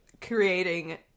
creating